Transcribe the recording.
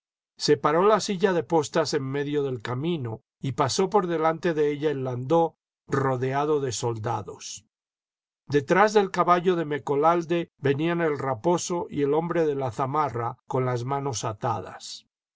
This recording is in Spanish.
paró la silla de postas en medio del camino y pasó por delante de ella el lando rodeado de soldados detrás del caballo de mecolalde venían el raposo y el hombre de la zamarra con las manos atadas